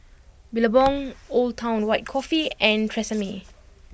Billabong Old Town White Coffee and Tresemme